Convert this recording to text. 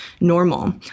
normal